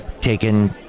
taken